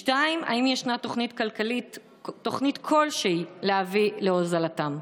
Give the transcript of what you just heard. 2. האם ישנה תוכנית כלשהי להביא להוזלתם?